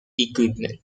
equipment